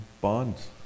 bonds